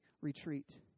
retreat